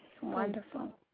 Wonderful